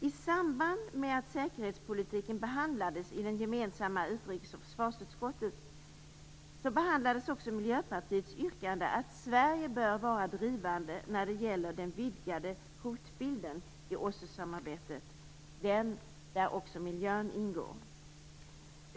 I samband med att säkerhetspolitiken behandlades i det gemensamma utrikes och försvarsutskottet behandlades också Miljöpartiets yrkande om att Sverige bör vara drivande när det gäller den vidgade hotbilden i OSSE-samarbetet, den där också miljön ingår.